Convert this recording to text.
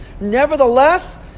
nevertheless